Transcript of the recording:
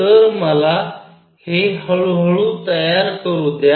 तर मला हे हळू हळू तयार करू द्या